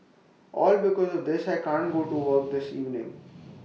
all because of this I can't go to work this morning